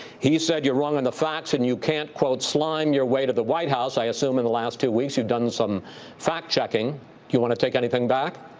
he said you're wrong on the facts and you can't, quote, slime your way to the white house. i assume in the last two weeks, you've done some fact-checking. do you want to take anything back?